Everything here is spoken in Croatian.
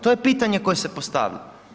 To je pitanje koje se postavlja.